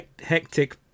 hectic